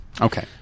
Okay